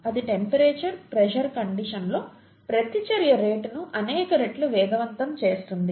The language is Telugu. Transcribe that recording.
అది టెంపరేచర్ ప్రెషర్ కండిషన్ లో ప్రతిచర్య రేటును అనేక రెట్లు వేగవంతం చేస్తుంది